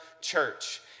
church